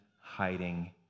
hiding